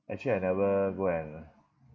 actually I never go and